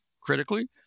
critically